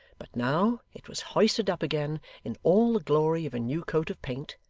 but, now, it was hoisted up again in all the glory of a new coat of paint,